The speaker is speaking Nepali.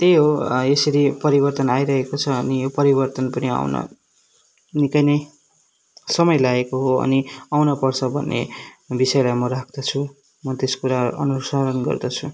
त्यही हो यसरी परिवर्तन आइरहेको छ अनि यो परिवर्तन पनि आउन निकै नै समय लागेको हो अनि आउन पर्छ भन्ने विषयलाई म राख्दछु म त्यस कुरा अनुसरण गर्दछु